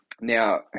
now